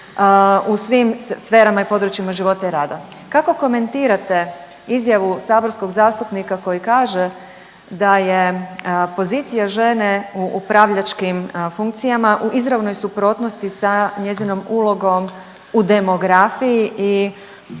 u svim sferama i područjima života i rada. Kako komentirate izjavu saborskog zastupnika koji kaže da je pozicija žene u upravljačkim funkcijama u izravnoj suprotnosti sa njezinom ulogom u demografiji i biološkim